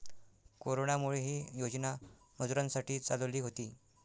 कोरोनामुळे, ही योजना मजुरांसाठी चालवली होती